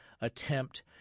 attempt